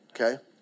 Okay